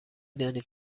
دانید